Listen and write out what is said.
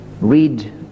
read